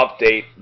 update